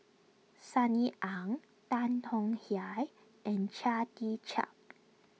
Sunny Ang Tan Tong Hye and Chia Tee Chiak